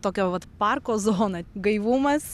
tokio vat parko zona gaivumas